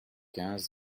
quinze